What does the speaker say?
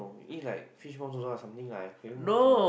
eat like fishball noodles or something like !aiyo! would you wanna